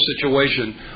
situation